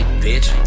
Bitch